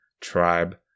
tribe